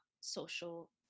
social